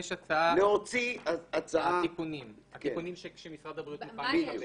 יש תיקונים שמשרד הבריאות מוכן לקבל.